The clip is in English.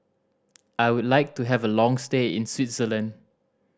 I would like to have a long stay in Switzerland